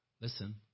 listen